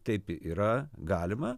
taip i yra galima